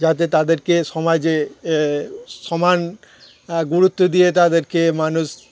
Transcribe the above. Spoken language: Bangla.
যাতে তাদেরকে সমাজে সমান গুরুত্ব দিয়ে তাদেরকে মানুষ